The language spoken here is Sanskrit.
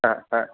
हा हा